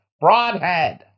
broadhead